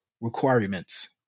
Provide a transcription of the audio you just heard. Requirements